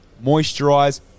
moisturize